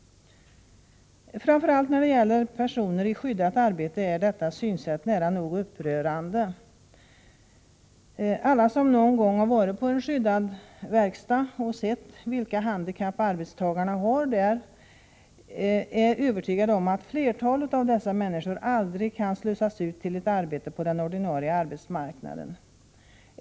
Framför allt när det gäller personer i skyddat arbete är detta synsätt nära nog upprörande. Alla som någon gång har varit på en skyddad verkstad och sett vilka handikapp arbetstagarna där har är övertygade om att flertalet av dessa människor aldrig kan slussas ut till ett arbete på den ordinarie arbetsmarknaden.